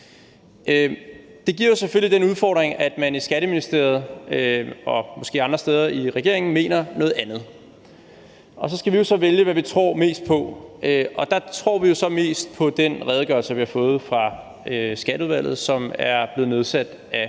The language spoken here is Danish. Det giver selvfølgelig den udfordring, at man i Skatteministeriet og måske andre steder i regeringen mener noget andet. Og så skal vi jo vælge, hvad vi tror mest på, og der tror vi jo mest på den redegørelse, vi har fået i Skatteudvalget, og som er blevet iværksat af